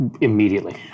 immediately